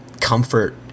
Comfort